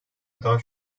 daha